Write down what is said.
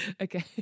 okay